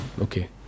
Okay